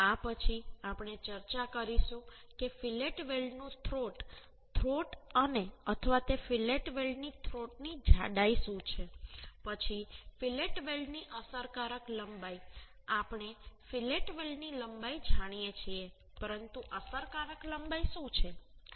આ પછી આપણે ચર્ચા કરીશું કે ફીલેટ વેલ્ડનું થ્રોટ થ્રોટ અને અથવા તે ફીલેટ વેલ્ડની થ્રોટની જાડાઈ શું છે પછી ફીલેટ વેલ્ડની અસરકારક લંબાઈ આપણે ફીલેટ વેલ્ડની લંબાઈ જાણીએ છીએ પરંતુ અસરકારક લંબાઈ શું છે